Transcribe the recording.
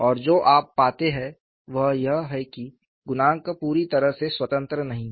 और जो आप पाते हैं वह यह है कि गुणांक पूरी तरह से स्वतंत्र नहीं हैं